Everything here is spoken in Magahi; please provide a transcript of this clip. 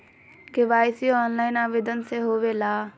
के.वाई.सी ऑनलाइन आवेदन से होवे ला?